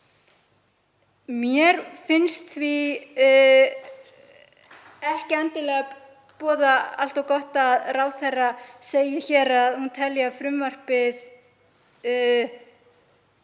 Mér finnst því ekki endilega boða allt of gott að ráðherra segi hér að hún telji að frumvarpið